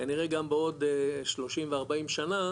כנראה גם בעוד שלושים וארבעים שנה,